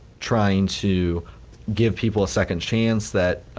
trying to give people a second chance that